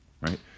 right